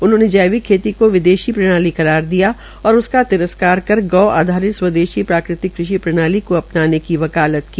उन्होंने जैविक खेती को विदेशी प्रणाली करार दिया और उसका तिरस्कार कर गौ आधारित स्वेदशी प्राकृतिक कृषि प्रणाली को अपनाने की वकालत की